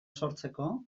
sortzeko